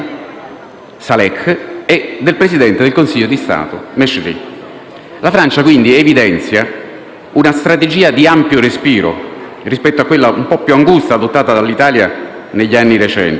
La Francia quindi evidenzia una strategia di ampio respiro rispetto a quella un po' più angusta adottata dall'Italia degli anni recenti,